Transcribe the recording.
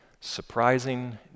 Surprising